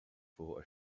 for